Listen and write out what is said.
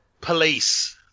police